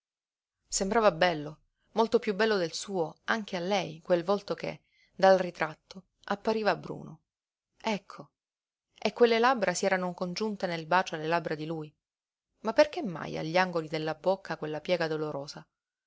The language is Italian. sembrava bello molto piú bello del suo anche a lei quel volto che dal ritratto appariva bruno ecco e quelle labbra si erano congiunte nel bacio alle labbra di lui ma perché mai agli angoli della bocca quella piega dolorosa